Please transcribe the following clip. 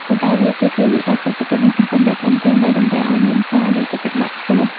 ប៉ុន្តែវាគឺជាវិបត្តិសេដ្ឋកិច្ច និងសង្គមដ៏ធំធេង ដែលតម្រូវឱ្យមានការយកចិត្តទុកដាក់ខ្ពស់។